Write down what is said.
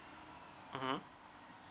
mmhmm